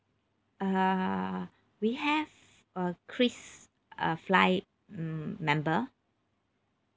uh we have uh kris uh flight mm member